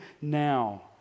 now